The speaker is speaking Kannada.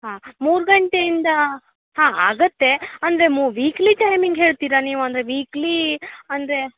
ಹಾಂ ಮೂರು ಗಂಟೆಯಿಂದ ಆಗುತ್ತೆ ಅಂದರೆ ಮು ವೀಕ್ಲಿ ಟೈಮಿಂಗ್ ಹೇಳ್ತೀರ ನೀವು ಅಂದರೆ ವೀಕ್ಲೀ ಅಂದರೆ